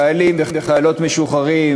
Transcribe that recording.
לחיילים וחיילות משוחררים,